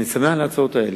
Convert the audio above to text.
אני שמח על ההצעות האלה.